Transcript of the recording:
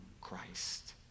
Christ